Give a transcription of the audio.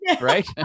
right